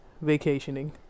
Vacationing